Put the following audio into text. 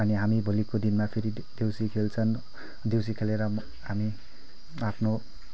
अनि हामी भोलिको दिनमा फेरि देउसी खेल्छन् देउसी खेलेर म हामी आफ्नो